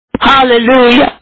Hallelujah